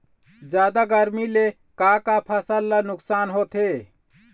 जादा गरमी ले का का फसल ला नुकसान होथे?